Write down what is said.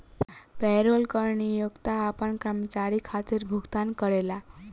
payroll कर नियोक्ता आपना कर्मचारी खातिर भुगतान करेला